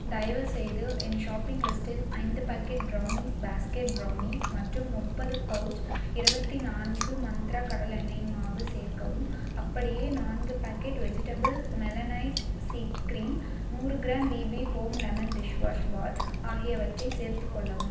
தயவுசெய்து என் ஷாப்பிங் லிஸ்டில் ஐந்து பேக்கெட் ப்ரௌனீஸ் பாஸ்கெட் ப்ரௌனி மற்றும் முப்பது பவுச் இருவத்தி நான்கு மந்த்ரா கடலெண்ணெய் மாவு சேர்க்கவும் அப்படியே நான்கு பேக்கெட் வெஜிடபில் மெலனைட் சி க்ரீம் நூறு gram BB home lemon dishwash bar ஆகியவற்றை சேர்த்துக்கொள்ளவும்